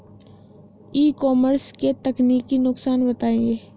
ई commerce के तकनीकी नुकसान बताएं?